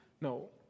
No